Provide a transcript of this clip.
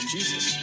Jesus